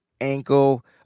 ankle